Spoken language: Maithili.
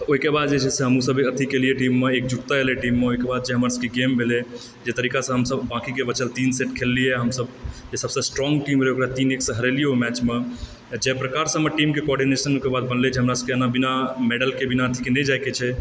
ओहिके बाद जे छै से हमहुँ सब अथी केलिऐ टीममे एकजुटता एलैए टीममे ओकर बाद जे हमर सबके गेम भेलए जे तरीकासंँ हमसब बाँकिके बचल तीन सेट खेललिए हमसब जे सबसँ स्ट्रोंग टीम रहए ओकरा तीन एक से हरेलिए ओ मैचमे जहि प्रकारसँ हमर टीम कोऑर्डिनेशनके बाद बनलए जे हमरा सबके बिना बिना मेडलके बिना अथीके नहि जाएके छै